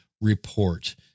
report